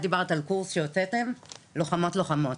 את דיברת על קורס שהוצאתם, לוחמות, לוחמות.